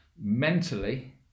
mentally